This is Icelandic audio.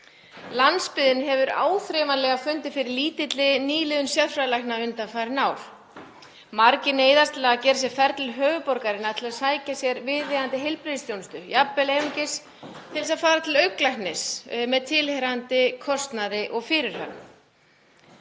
Landsbyggðin hefur áþreifanlega fundið fyrir lítilli nýliðun sérfræðilækna undanfarin ár. Margir neyðast til að gera sér ferð til höfuðborgarinnar til að sækja sér viðeigandi heilbrigðisþjónustu, jafnvel einungis til þess að fara til augnlæknis með tilheyrandi kostnaði og fyrirhöfn.